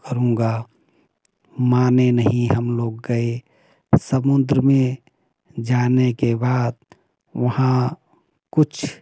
करूँगा माने नहीं हम लोग गए समुद्र में जाने के बाद वहाँ कुछ